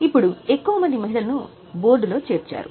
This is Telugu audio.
ఇప్పుడు ఎక్కువ మంది మహిళలను బోర్డులో చేర్చారు